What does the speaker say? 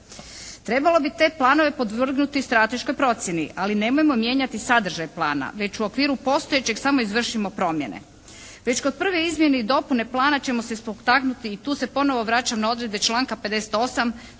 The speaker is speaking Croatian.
Trebalo bi te planove podvrgnuti strateškoj procjeni ali nemojmo mijenjati sadržaj plana već u okviru postojećeg samo izvršimo promjene. Već kod prve izmjene i dopune plana ćemo se spotaknuti i tu se ponovno vraćam na odredbe članka 58.